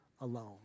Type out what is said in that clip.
alone